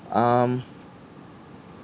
um